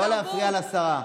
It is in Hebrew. לא להפריע לשרה.